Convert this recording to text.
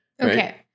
Okay